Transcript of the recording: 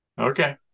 Okay